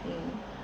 mm